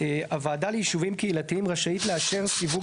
הוועדה ליישובים קהילתיים רשאית לאשר סיווג